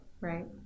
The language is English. Right